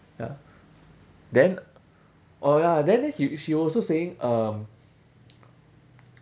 ya then oh ya then then he she also saying um